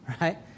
right